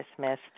dismissed